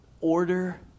order